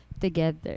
together